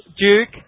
Duke